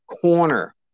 corner